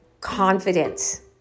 confidence